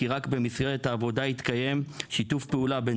כי רק במסגרת העבודה התקיים שיתוף פעולה בין